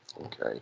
Okay